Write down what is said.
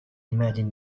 imagine